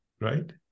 Right